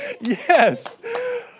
Yes